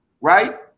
right